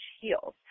heels